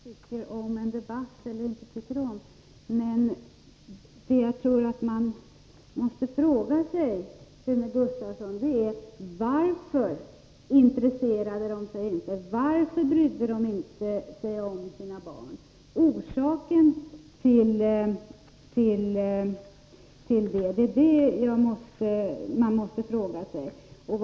Fru talman! Det är inte fråga om vad jag tycker om i en debatt eller inte. Det man måste fråga sig, Rune Gustavsson, är: Varför intresserar sig föräldrarna inte för sina barn, varför bryr de sig inte om sina barn? Det är orsakerna till detta man måste ta reda på.